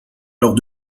lors